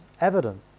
evident